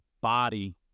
body